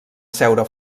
seure